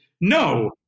No